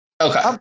okay